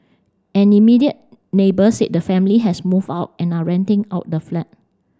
an immediate neighbour said the family has moved out and are renting out the flat